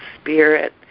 spirit